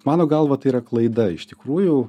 mano galva tai yra klaida iš tikrųjų